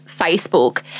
Facebook